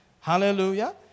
Hallelujah